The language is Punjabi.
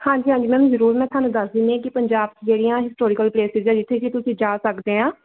ਹਾਂਜੀ ਹਾਂਜੀ ਮੈਮ ਜ਼ਰੂਰ ਮੈਂ ਤੁਹਾਨੂੰ ਦੱਸ ਦਿੰਦੀ ਕਿ ਪੰਜਾਬ 'ਚ ਜਿਹੜੀਆਂ ਹਿਸਟੋਰੀਕਲ ਪਲੇਸਿਸ ਆ ਜਿੱਥੇ ਕਿ ਤੁਸੀਂ ਜਾ ਸਕਦੇ ਆ